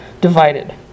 divided